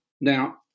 Now